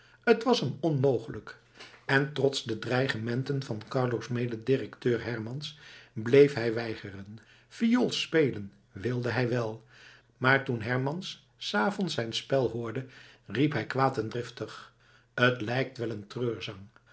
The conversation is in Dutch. t was hem onmogelijk en trots de dreigementen van carlo's mededirecteur hermans bleef hij weigeren viool spelen wilde hij wel maar toen hermans s avonds zijn spel hoorde riep hij kwaad en driftig t lijkt wel een treurzang